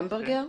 בראשות למברגר?